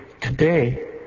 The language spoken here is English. Today